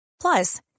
Plus